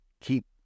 keep